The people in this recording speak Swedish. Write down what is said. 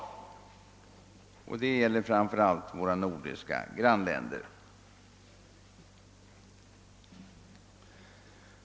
Den går framför allt till våra nordiska grannländer.